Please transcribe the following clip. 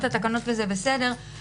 התקנות אושרו פה אחד.